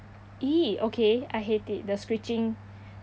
!ee! okay I hate it the screeching